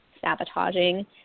sabotaging